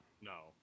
No